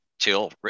till